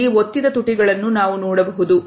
ಇಲ್ಲಿ ಒತ್ತಿದ ತುಟಿಗಳನ್ನು ನಾವು ನೋಡಬಹುದು